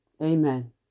Amen